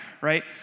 right